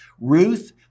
Ruth